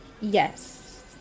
Yes